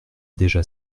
déjà